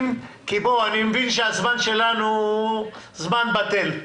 אני מבין שהזמן שלנו הוא זמן בטל,